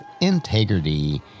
Integrity